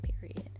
period